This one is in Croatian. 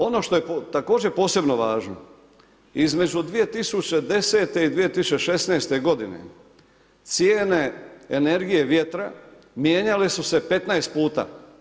Ono što je također posebno važno, između 2010. i 2016. godine cijene energije vjetra mijenjale su se 15 puta.